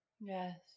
yes